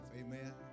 Amen